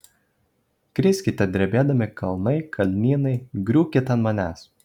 kriskite drebėdami kalnai kalnynai griūkit ant manęs